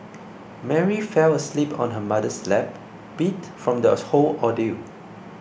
Mary fell asleep on her mother's lap beat from the whole ordeal